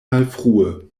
malfrue